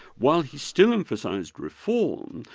while he still emphasised reform,